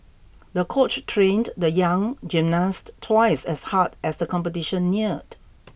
the coach trained the young gymnast twice as hard as the competition neared